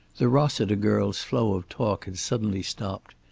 the rossiter girl's flow of talk had suddenly stopped.